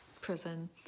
prison